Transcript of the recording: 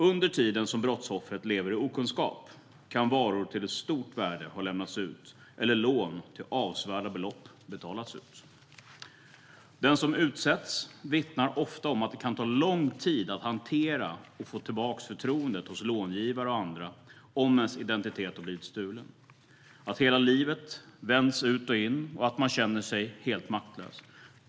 Under tiden som brottsoffret lever i okunskap kan varor till ett stort värde ha lämnats ut eller lån beviljats till avsevärda belopp. Den som utsätts vittnar ofta om att det kan ta lång tid att hantera och få tillbaka förtroendet hos långivare och andra, om ens identitet har blivit stulen. Hela livet vänds ut och in, och man känner sig helt maktlös.